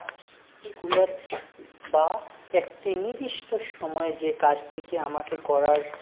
party cooler বা একটি নির্দিষ্ট সময়ে যে কাজটিকে আমাকে করার